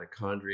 mitochondria